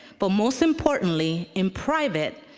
but most importantly, in private,